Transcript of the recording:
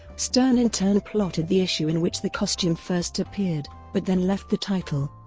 stern in turn plotted the issue in which the costume first appeared, but then left the title.